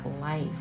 life